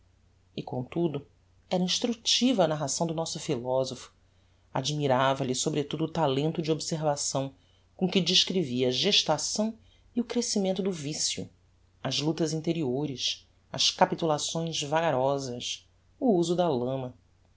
e comtudo era instructiva a narração do nosso philosopho admirava lhe sobretudo o talento de observação com que descrevia a gestação e o crescimento do vicio as luctas interiores as capitulações vagarosas o uso da lama